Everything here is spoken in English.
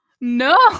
no